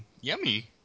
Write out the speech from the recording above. yummy